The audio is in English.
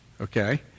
Okay